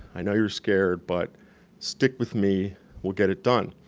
i know you're scared, but stick with me we'll get it done.